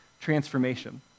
transformation